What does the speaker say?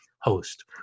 host